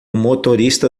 motorista